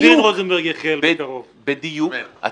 בדיוק -- עורך דין רוזנברג יחיאל בקרוב.